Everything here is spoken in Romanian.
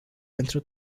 pentru